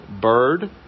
Bird